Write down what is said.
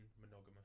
monogamous